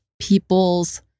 people's